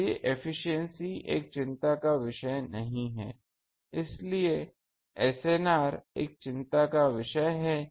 इसलिए एफिशिएंसी एक चिंता का विषय नहीं है लेकिन एसएनआर एक चिंता का विषय है